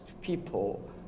people